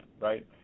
right